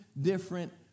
different